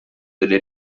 delle